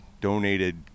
donated